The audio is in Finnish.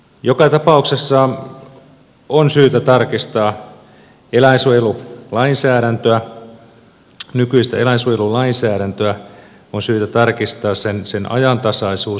joka tapauksessa on syytä tarkistaa nykyistä eläinsuojelulainsäädäntöä ja sen ajantasaisuus